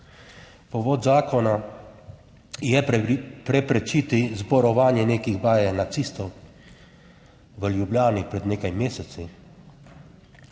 Povod zakona je preprečiti zborovanje nekih baje nacistov v Ljubljani pred nekaj meseci,